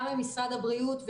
גם עם משרד הבריאות,